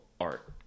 art